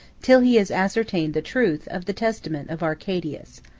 till he has ascertained the truth, of the testament of arcadius.